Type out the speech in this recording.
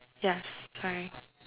yes trying